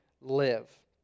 live